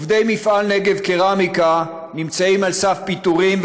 עובדי מפעל נגב קרמיקה נמצאים על סף פיטורים,